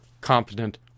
competent